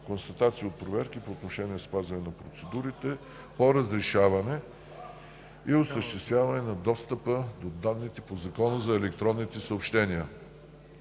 Констатации от проверки по отношение спазване на процедурите по разрешаване и осъществяване на достъп до данните по Закона за електронните съобщения.